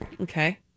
Okay